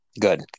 Good